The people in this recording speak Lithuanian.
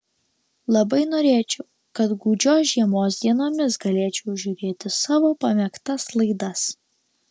labai norėčiau kad gūdžios žiemos dienomis galėčiau žiūrėti savo pamėgtas laidas